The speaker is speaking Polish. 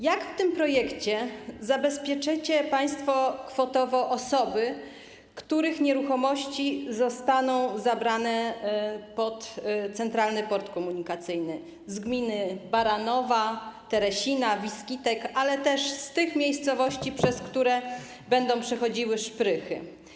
Jak w tym projekcie zabezpieczycie państwo kwotowo osoby, których nieruchomości zostaną zabrane pod budowę Centralnego Portu Komunikacyjnego, osoby z gminy Baranów, gminy Teresin, gminy Wiskitki, ale też z tych miejscowości, przez które będą przechodziły szprychy?